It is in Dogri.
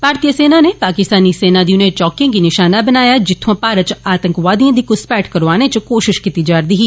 भारतीय सेना नै पाकिस्तानी सेना दी उनें चौकियें गी निशाना बनाया जित्थ्आं भारत च आतंकवादियें दी घ्सपैठ करोआने च कोशिश कीती जा रदी ही